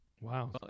Wow